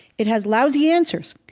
it has lousy answers,